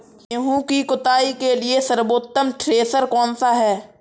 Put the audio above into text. गेहूँ की कुटाई के लिए सर्वोत्तम थ्रेसर कौनसा है?